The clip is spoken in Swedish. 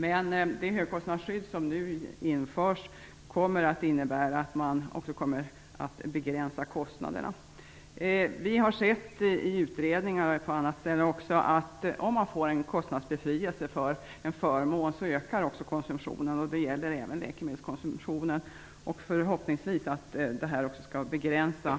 Men det högkostnadsskydd som nu införs innebär att kostnaderna också kommer att begränsas. Vi har i utredningar och på andra ställen sett att om man inför kostnadsbefrielse för en förmån så ökar också konsumtionen. Det gäller även läkemedelskonsumtionen. Förhoppningsvis skall det här också begränsa